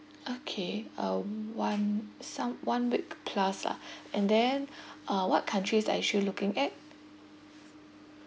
okay um one some one week plus lah and then uh what countries are you actually looking at